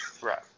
Right